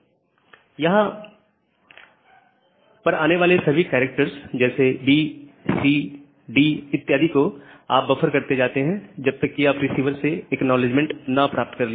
आप यहां पर आने वाले सभी कैरेक्टर्स जैसे B CD इत्यादि को बफर करते जाते हैं जब तक कि आप रिसीवर से एक्नॉलेजमेंट ना प्राप्त कर लें